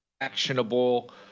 actionable